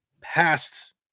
past